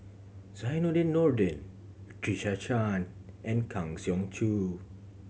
Zainudin Nordin Patricia Chan and Kang Siong Joo